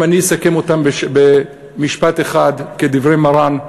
אם אני אסכם אותם במשפט אחד, כדברי מרן: